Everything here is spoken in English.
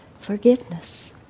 Forgiveness